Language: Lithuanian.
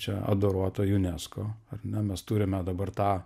čia adoruota unesco ar ne mes turime dabar tą